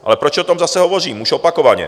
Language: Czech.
Ale proč o tom zase hovořím už opakovaně?